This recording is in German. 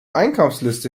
einkaufsliste